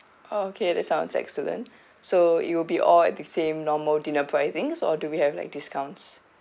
okay that sounds excellent so it will be all at the same normal dinner pricings or do we have like discounts